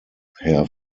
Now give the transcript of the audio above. herr